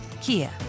Kia